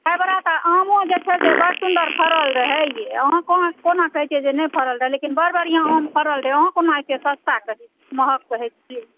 एहिबेरा तऽ आमो जे छै से बड्ड सुन्दर फड़ल रहै यै अहाँ कोना कहै छियै जे नहि फड़ल रहै लेकिन बड्ड बढ़िआँ आम फड़ल रहै अहाँ कोना एते सस्ता कहै छियै महग कहै छियै